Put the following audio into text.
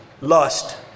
lust